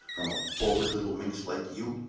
from a forward little minx like you!